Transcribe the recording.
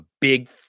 big